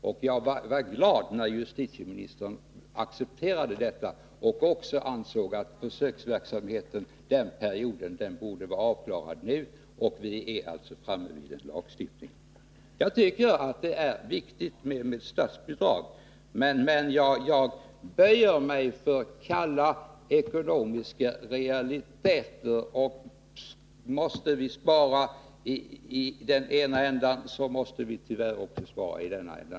Det gladde mig att även justitieministern ansåg att försöksverksamheten borde vara avklarad och att vi var framme vid en lagstiftning. Visst är det viktigt med statsbidrag, men jag böjer mig för kalla ekonomiska realiteter. Skall vi spara i den ena ändan, så måste vi tyvärr också sparai den andra.